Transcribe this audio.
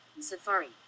Safari